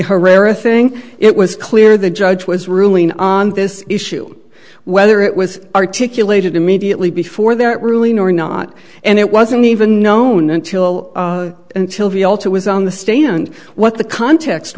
herrera thing it was clear the judge was ruling on this issue whether it was articulated immediately before that ruling or not and it wasn't even known until until the alter was on the stand what the context